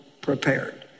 prepared